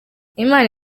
imana